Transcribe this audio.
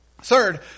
Third